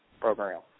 program